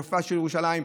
יופייה של ירושלים,